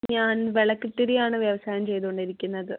ഞാൻ വിളക്കുതിരിയാണ് വ്യവസായം ചെയ്തുകൊണ്ടിരിക്കുന്നത്